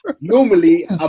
normally